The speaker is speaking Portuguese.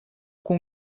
com